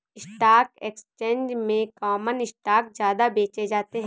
stock exchange में common stock ज्यादा बेचे जाते है